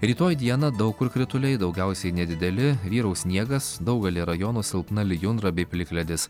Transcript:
rytoj dieną daug kur krituliai daugiausiai nedideli vyraus sniegas daugelyje rajonų silpna lijundra bei plikledis